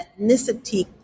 ethnicity